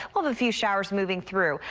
um a a few showers moving through.